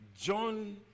John